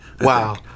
Wow